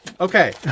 Okay